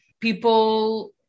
people